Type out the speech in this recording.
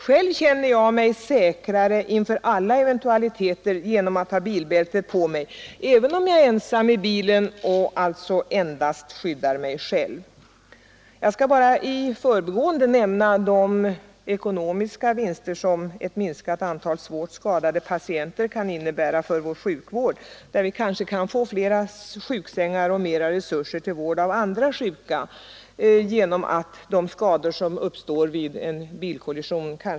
Själv känner jag mig säkrare inför alla eventualiteter genom att ha bilbältet på mig, även om jag är ensam i bilen och alltså ”endast skyddar mig själv”. Jag skall bara i förbigående nämna de ekonomiska vinster som ett minskat antal svårt skadade patienter kan innebära för vår sjukvård — där vi kanske kan få flera lediga sjuksängar och mera resurser till vård av andra sjuka.